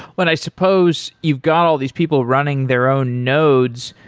but i suppose you've got all these people running their own nodes.